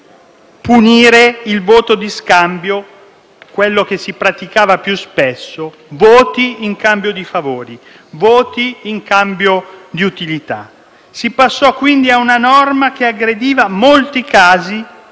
punire il voto di scambio, quello che si praticava più spesso: voti in cambio di favori, in cambio di utilità. Si passò quindi a una norma che aggrediva molti casi